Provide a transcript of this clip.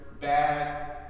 bad